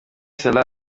salah